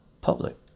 public